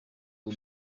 ubu